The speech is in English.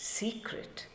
secret